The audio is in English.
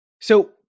So-